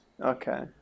Okay